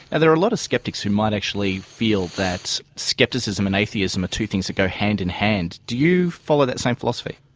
and there are a lot of skeptics who might actually feel that skepticism and atheism are two things that go hand in hand. do you follow that same philosophy?